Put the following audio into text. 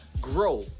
grow